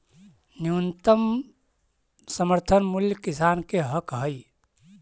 न्यूनतम समर्थन मूल्य किसान के हक हइ